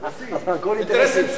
אינטרסים פסולים.